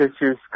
issues